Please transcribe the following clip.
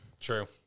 True